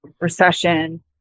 recession